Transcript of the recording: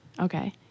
Okay